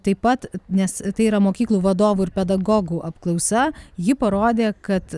taip pat nes tai yra mokyklų vadovų ir pedagogų apklausa ji parodė kad